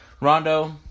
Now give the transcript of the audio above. Rondo